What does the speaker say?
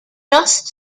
just